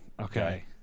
okay